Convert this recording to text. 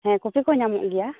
ᱦᱮᱸ ᱠᱚᱯᱷᱤ ᱠᱚᱦᱚᱸ ᱧᱟᱢᱚᱜ ᱜᱮᱭᱟ